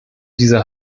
diese